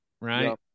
Right